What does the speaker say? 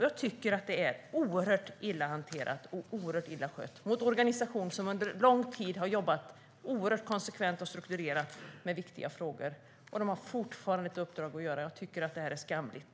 Jag tycker att detta är oerhört illa hanterat och oerhört illa skött. Det gäller en organisation som under lång tid har jobbat mycket konsekvent och strukturerat med viktiga frågor, och den har fortfarande ett uppdrag att göra. Jag tycker att detta är skamligt.